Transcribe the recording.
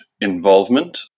involvement